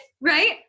Right